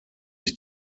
ich